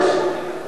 אבל אני רוצה,